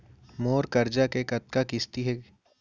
मोर करजा के कतका किस्ती हे?